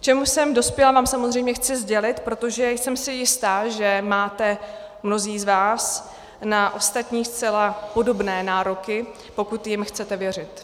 K čemu jsem dospěla, vám samozřejmě chci sdělit, protože jsem si jista, že máte mnozí z vás na ostatní zcela podobné nároky, pokud jim chcete věřit.